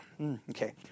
okay